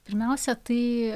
pirmiausia tai